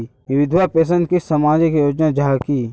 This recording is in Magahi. विधवा पेंशन की सामाजिक योजना जाहा की?